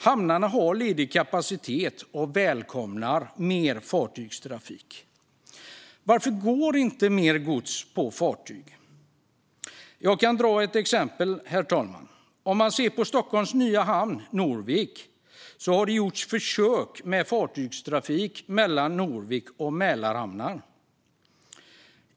Hamnarna har ledig kapacitet och välkomnar mer fartygstrafik. Varför går inte mer gods på fartyg? Jag kan ta ett exempel, herr talman. I Stockholms nya hamn Norvik har det gjorts försök med fartygstrafik mellan Norvik och Mälarhamnar.